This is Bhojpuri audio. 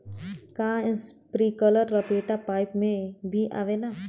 का इस्प्रिंकलर लपेटा पाइप में भी आवेला?